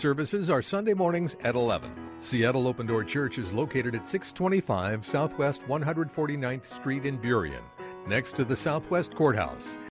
services are sunday mornings at eleven seattle open door church is located at six twenty five south west one hundred forty ninth street in bierria next to the southwest courthouse